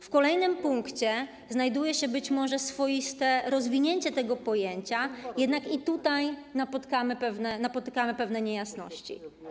W kolejnym punkcie znajduje się być może swoiste rozwinięcie tego pojęcia, jednak i tutaj napotykamy pewne niejasności.